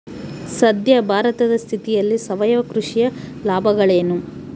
ಸದ್ಯ ಭಾರತದ ಸ್ಥಿತಿಯಲ್ಲಿ ಸಾವಯವ ಕೃಷಿಯ ಲಾಭಗಳೇನು?